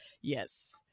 Yes